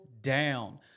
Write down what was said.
down